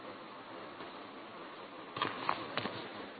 மாணவர் dTm